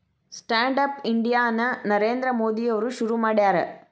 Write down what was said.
stand up India ನ ನರೇಂದ್ರ ಮೋದಿ ಅವ್ರು ಶುರು ಮಾಡ್ಯಾರ